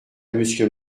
monsieur